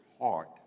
heart